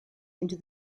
into